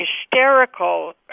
hysterical